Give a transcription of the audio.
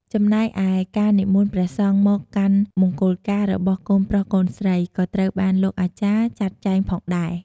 ចំណែកឯការនិមន្តព្រះសង្ឃមកកាន់មង្គលការរបស់កូនប្រុសកូនស្រី ក៏ត្រូវបានលោកអាចារ្យចាក់ចែងផងដែរ។